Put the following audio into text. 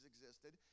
existed